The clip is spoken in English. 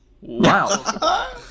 Wow